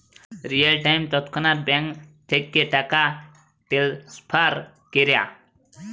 real time তৎক্ষণাৎ bank থ্যাইকে টাকা টেলেসফার ক্যরা